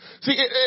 See